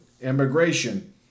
immigration